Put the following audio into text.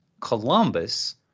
Columbus